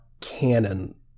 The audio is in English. canon